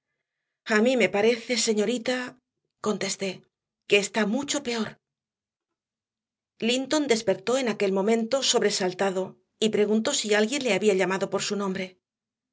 mejor a mí me parece señorita contesté que está mucho peor linton despertó en aquel momento sobresaltado y preguntó si alguien le había llamado por su nombre